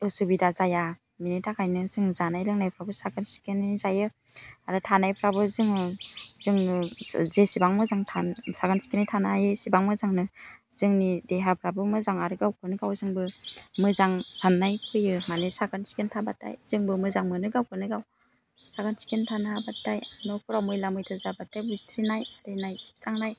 उसुबिदा जाया बिनि थाखायनो जों जानाय लोंनायखौबो साखोन सिखोनै जायो आरो थानायफ्राबो जोङो जोङो जेसेबां मोजां थानो साखोन सिखोनै थानो हायो एसेबां मोजांनो जोंनि देहाफ्राबो मोजां आरो गावखौनो गाव जोंबो मोजां सान्नाय फैयो माने साखोन सिखोन थाबाथाय जोंबो मोजां मोनो गावखौनो गाव साखोन सिखोन थानो हाबाथाय न'फोराव मैला मैथा जाबाथाय बुस्रिनाय आरिनाय सिबस्रांनाय